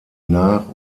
nach